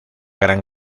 gran